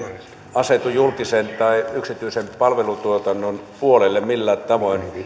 asetu julkisen tai yksityisen palvelutuotannon puolelle millään tavoin